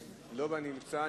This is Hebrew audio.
לא בנמצא.